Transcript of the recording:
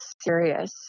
serious